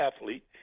athlete